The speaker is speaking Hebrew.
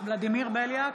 ולדימיר בליאק,